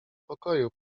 pokoju